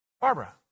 Barbara